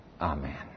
Amen